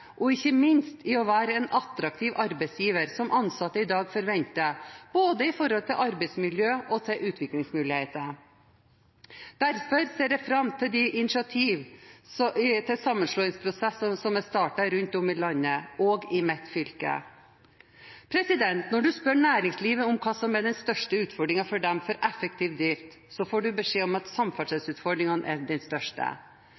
og ikke minst med å være den attraktive arbeidsgiver som ansatte i dag forventer både når det gjelder arbeidsmiljø og utviklingsmuligheter. Derfor ser jeg fram til de initiativ til sammenslåingsprosesser som er startet rundt om i landet, også i mitt fylke. Når man spør næringslivet om hva som er den største utfordringen for effektiv drift, får man beskjed om at samferdselsutfordringen er den største.